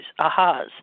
ahas